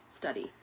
Study